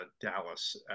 Dallas